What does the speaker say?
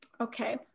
Okay